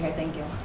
thank you.